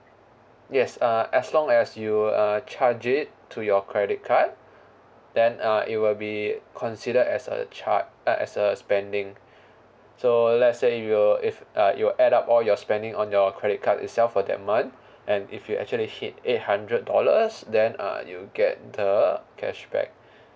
yes uh as long as you uh charge it to your credit card then uh it will be considered as a char~ uh as a spending so let's say if you if uh you add up all your spending on your credit card itself for that month and if you actually hit eight hundred dollars then uh you will get the cashback